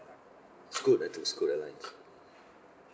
scoot I took scoot airlines